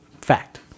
Fact